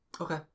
Okay